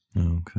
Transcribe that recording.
Okay